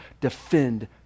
defend